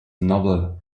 novel